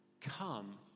come